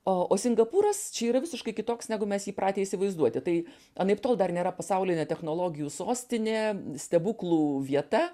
o o singapūras čia yra visiškai kitoks negu mes jį įpratę įsivaizduoti tai anaiptol dar nėra pasaulinė technologijų sostinė stebuklų vieta